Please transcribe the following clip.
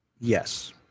Yes